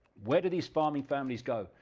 where do these farming families go?